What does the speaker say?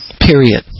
Period